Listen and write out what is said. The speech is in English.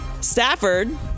Stafford